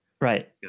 right